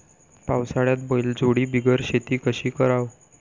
पावसाळ्यात बैलजोडी बिगर शेती कशी कराव?